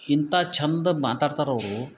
ಇಂಥಾ ಚಂದ್ ಮಾತಾಡ್ತರೆ ಅವರು